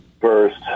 first